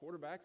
quarterbacks